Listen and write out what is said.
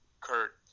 Kurt